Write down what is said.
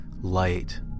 light